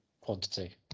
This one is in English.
quantity